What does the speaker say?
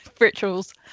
rituals